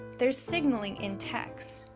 there's signaling in-text.